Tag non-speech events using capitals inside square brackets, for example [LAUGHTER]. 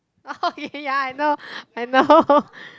oh [LAUGHS] okay ya I know I know